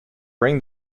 bring